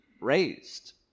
raised